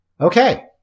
Okay